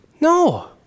No